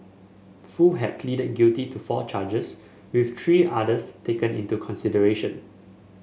foo had pleaded guilty to four charges with three others taken into consideration